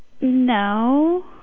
no